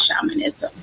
shamanism